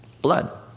blood